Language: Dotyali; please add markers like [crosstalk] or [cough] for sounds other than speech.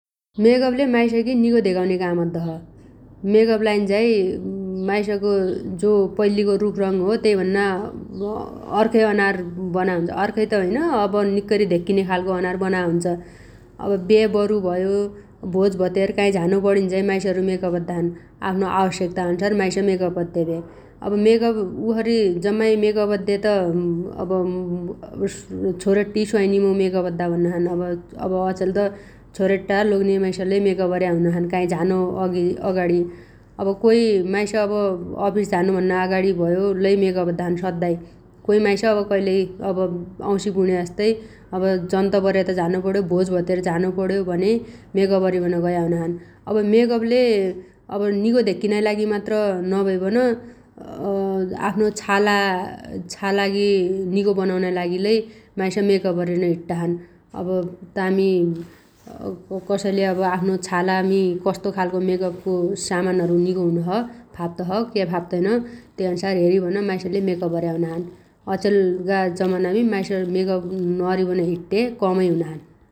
मेकअपले माइसगी निगो धेगाउने काम अद्दोछ । मेकअप लाइन्झाइ [hesitation] माइसगो जो पैल्लीगो रुपरुंग हो तैभन्ना [hesitation] अर्खै अनार बनाया हुन्छ । अर्खै त होइन अब निक्कैरी धेक्किने खालगो अनार बनाया हुन्छ । अब बेबरु भयो भोजभतेर काइ झानो पणिन्झाइ माइसहरु मेकअप अद्दाछन् । आफ्नो आवश्यकताअन्सार माइस मेकअप अद्देभ्या । अब मेकअप उसरी जम्माइ मेकअप अद्दे त अब [hesitation] छोरेट्टी स्वाइनी मौ मेकअप अद्दा भन्नाछन् अब-अब अचेल त छोरेट्टा लोग्ने माइस लै मेकअप अर्या हुनाछन् काइ झानो अगि अगाडी । अब कोइ अब माइस अफिस झानु भन्ना अगाडी भयो लै मेकअप अद्दाछन् सद्दाइ । कोइ माइस अब कैलै अब औसी पुण्या जस्तै अब जन्त बरेत झानुपण्यो भोजभतेर झानुपण्यो भने मेकअप अरिबन गया हुनाछन् । अब मेकअपले अब निगो धेक्किनाइ लागि मात्र नभइबन [hesitation] आफ्नो छाला_छालागी निगो बनाउनाइ लागि लै माइस मेकअप अरिबन हिट्टाछन् । अब तामी कसैले आफ्नो छालामी कस्तो खालगो मेकअपगो सामानहरु निगो हुनोछ फाप्तो छ क्या फाप्तैन तै अन्सार हेरिबन माइसले मेकअप अर्या हुनाछन् । अचेलगा जमानामी माइस मेकअप नअरीबन हिट्टे कमै हुनाछन् ।